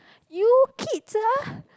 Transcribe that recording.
you kids ah